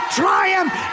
triumph